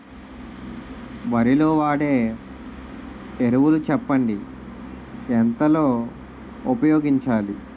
వరిలో వాడే ఎరువులు చెప్పండి? ఎంత లో ఉపయోగించాలీ?